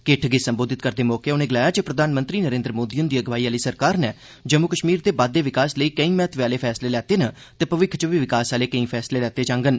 किट्ठ गी सम्बोधित करदे मौके उनें गलाया जे प्रधानमंत्री श्री मोदी हुन्दी अगुवाई आहली सरकार नै जम्मू कश्मीर दे बाद्वे विकास लेई केंई महत्वै आहले फैसले लेते न ते भविक्ख च बी विकास आहले केई फैसले लेते जांगन